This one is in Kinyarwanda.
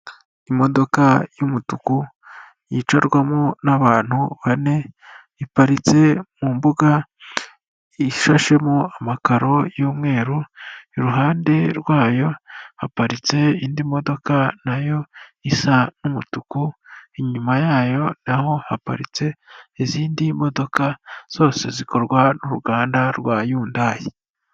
Imodoka y'umutuku, yicarwamo n'abantu bane, iparitse mu mbuga ishashemo amakaro y'umweru, iruhande rwayo haparitse indi modoka na yo isa n'umutuku, inyuma yayo na ho haparitse izindi modoka, zose zikorwa n'uruganda rwa yundayi.